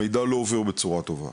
המידע לא עובר בצורה טובה,